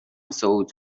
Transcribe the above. صعود